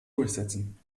durchsetzen